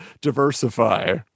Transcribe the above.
diversify